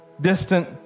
distant